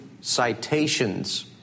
citations